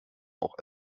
auch